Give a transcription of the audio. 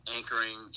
Anchoring